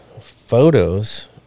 photos